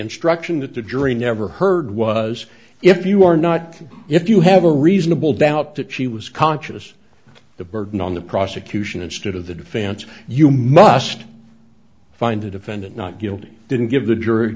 instruction that the jury never heard was if you are not if you have a reasonable doubt that she was conscious the burden on the prosecution instead of the defense you must find the defendant not guilty didn't give the jury